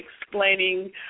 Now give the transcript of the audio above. explaining